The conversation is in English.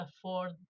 afford